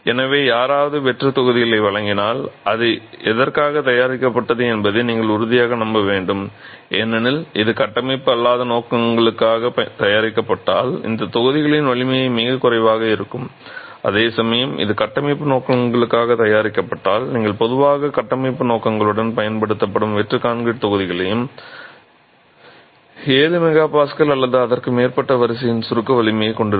எனவே யாராவது வெற்றுத் தொகுதிகளை வாங்கினால் அது எதற்காக தயாரிக்கப்பட்டது என்பதை நீங்கள் உறுதியாக நம்ப வேண்டும் ஏனெனில் இது கட்டமைப்பு அல்லாத நோக்கங்களுக்காக தயாரிக்கப்பட்டால் இந்த தொகுதிகளின் வலிமை மிகவும் குறைவாக இருக்கும் அதேசமயம் இது கட்டமைப்பு நோக்கங்களுக்காக தயாரிக்கப்பட்டால் நீங்கள் பொதுவாக கட்டமைப்பு நோக்கங்களுக்காகப் பயன்படுத்தப்படும் வெற்று கான்கிரீட் தொகுதிகளுக்கு 7 MPa அல்லது அதற்கு மேற்பட்ட வரிசையின் சுருக்க வலிமையைக் கொண்டிருக்கும்